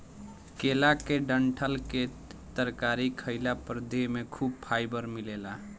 केला के डंठल के तरकारी खइला पर देह में खूब फाइबर मिलेला